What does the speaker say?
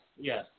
Yes